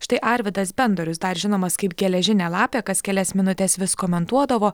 štai arvydas bendorius dar žinomas kaip geležinė lapė kas kelias minutes vis komentuodavo